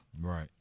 Right